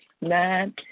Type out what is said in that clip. Nine